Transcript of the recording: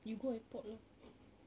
you go airport lor